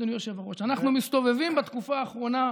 אדוני היושב-ראש: אנחנו מסתובבים בתקופה האחרונה,